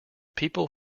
people